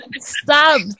Stop